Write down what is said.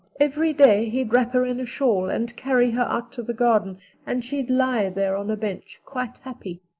every day he'd wrap her in a shawl and carry her out to the garden and she'd lie there on a bench quite happy.